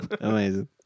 Amazing